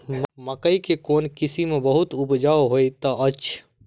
मकई केँ कोण किसिम बहुत उपजाउ होए तऽ अछि?